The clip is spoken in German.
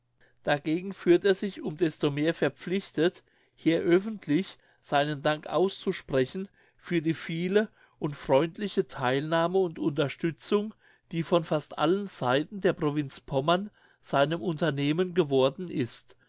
dagegen fühlt er sich um desto mehr verpflichtet hier öffentlich seinen dank auszusprechen für die viele und freundliche theilnahme und unterstützung die von fast allen seiten der provinz pommern seinem unternehmen geworden ist